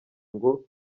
ngo